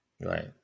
right